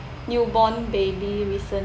newborn baby recently